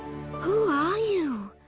who are you?